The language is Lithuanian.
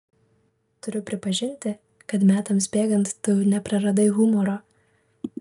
turiu pripažinti kad metams bėgant tu nepraradai humoro